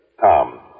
Tom